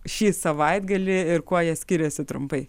šį savaitgalį ir kuo jie skiriasi trumpai